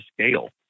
scale